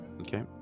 Okay